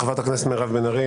חברת הכנסת מירב בן ארי.